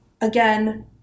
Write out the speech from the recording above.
Again